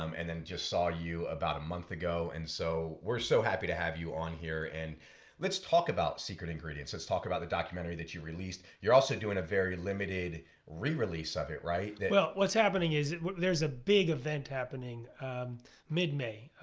um and then just saw you about a month ago. and so we're so happy to have you on here. and let's talk about secret ingredients. let's talk about the documentary that you released. you're also doing a very limited re-release of it, right? jeffrey well, what's happening is there's a big event happening mid-may,